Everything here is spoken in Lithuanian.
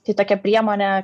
tai tokia priemonė